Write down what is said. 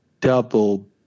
double